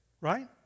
right